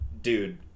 dude